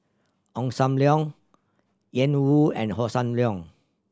Ong Sam Leong Ian Woo and Hossan Leong